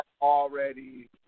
already